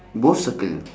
both circle